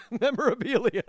memorabilia